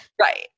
Right